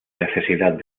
necesidad